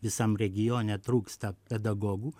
visam regione trūksta pedagogų